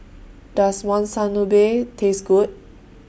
Does Monsunabe Taste Good